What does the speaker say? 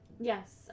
Yes